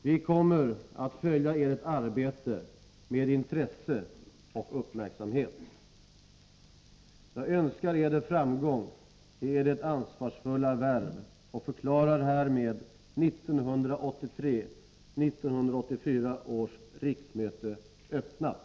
Vi kommer att följa Edert arbete med intresse och uppmärksamhet. Jag önskar Eder framgång i Edert ansvarsfulla värv och förklarar härmed 1983/84 års riksmöte öppnat.